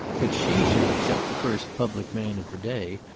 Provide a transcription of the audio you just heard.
that she should accept the first public man of the day,